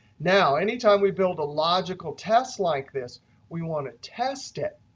now, any time we build a logical test like this we want to test it.